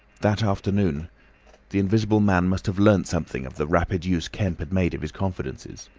that afternoon the invisible man must have learnt something of the rapid use kemp had made of his confidences.